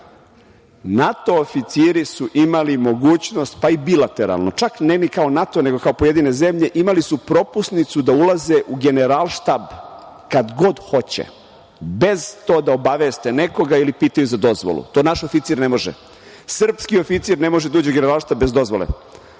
NATO oficiri su imali mogućnost, pa i bilateralno, čak ne ni kao NATO nego kao pojedine zemlje imali su propusnicu da ulaze u Generalštab kad god hoće bez da obaveste nekoga ili pitaju za dozvolu. To naš oficir ne može. Srpski oficir ne može da uđe u Generalštab bez dozvole,